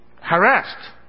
harassed